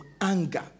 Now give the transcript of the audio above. anger